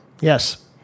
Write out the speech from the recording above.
Yes